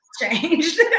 changed